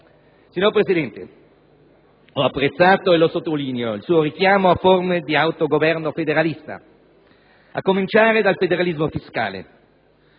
Signor Presidente, ho apprezzato - e lo sottolineo - il suo richiamo a forme di autogoverno federalista, a cominciare dal federalismo fiscale.